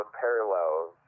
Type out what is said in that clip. parallels